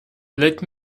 let